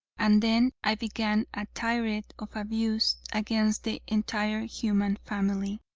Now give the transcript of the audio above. and then i began a tirade of abuse against the entire human family.